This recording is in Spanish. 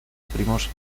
primos